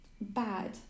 bad